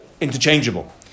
interchangeable